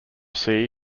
drop